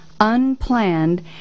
unplanned